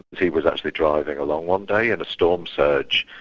he was actually driving along one day and a storm surge,